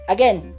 Again